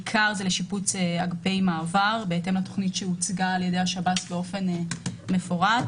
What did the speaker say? בעיקר לשיפוץ אגפי מעבר בהתאם לתוכנית שהוצגה על ידי השב"ס באופן מפורט.